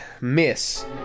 Miss